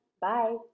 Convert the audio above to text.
Bye